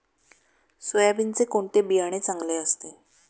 सोयाबीनचे कोणते बियाणे चांगले असते?